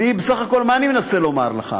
בסך הכול, מה אני מנסה לומר לך?